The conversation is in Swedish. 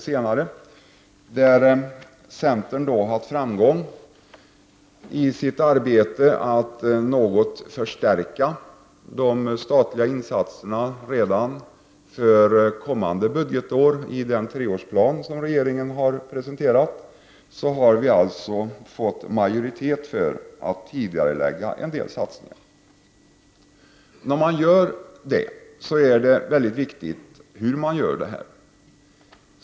Centern har i det ärendet nått framgång i sitt arbete att något förstärka de statliga insatserna för kommande budgetår i den treårsplan som regeringen har presenterat. Centern har alltså fått majoritet för att tidigarelägga en del satsningar. Det är viktigt att tänka på hur dessa satsningar genomförs.